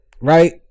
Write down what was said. right